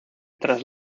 tras